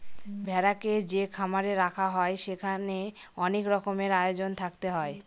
ভেড়াকে যে খামারে রাখা হয় সেখানে অনেক রকমের আয়োজন থাকতে হয়